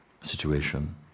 situation